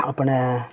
अपनै